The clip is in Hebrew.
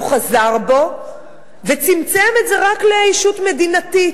הוא חזר בו וצמצם את זה רק לישות מדינתית.